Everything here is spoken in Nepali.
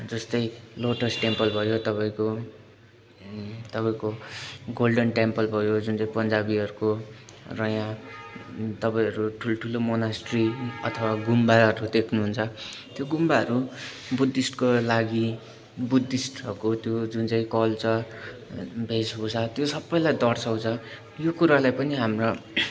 जस्तै लोटस टेम्पल भयो तपाईँको ए तपाईँको गोल्डन टेम्पल भयो जुन चाहिँ पन्जाबीहरूको र यहाँ तपाईँहरू ठुल्ठुलो मोनास्ट्री अथवा गुम्बाहरू देख्नुहुन्छ त्यो गुम्बाहरू बुद्धिस्टको लागि बुद्धिस्टहरूको त्यो जुन चाहिँ कल्चर वेशभूषा त्यो सबैलाई दर्साउँछ यो कुरालाई पनि हाम्रो